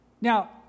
Now